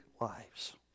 lives